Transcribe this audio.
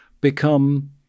become